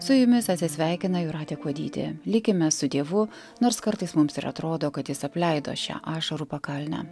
su jumis atsisveikina jūratė kuodytė likime su dievu nors kartais mums ir atrodo kad jis apleido šią ašarų pakalnę